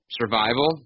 survival